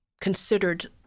considered